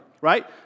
right